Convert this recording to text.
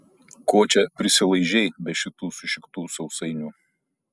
ko čia prisilaižei be šitų sušiktų sausainių